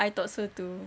I thought so too